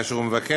כאשר הוא מבקש